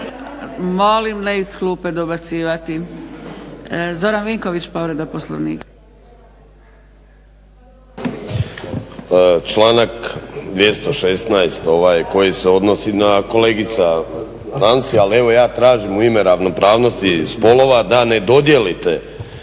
Molim ne iz klupe dobacivati. Zoran Vinković povreda Poslovnika.